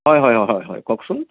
হয় হয় অঁ হয় হয় কওকচোন